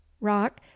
rock